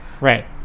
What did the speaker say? right